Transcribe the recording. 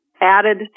added